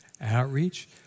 outreach